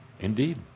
Indeed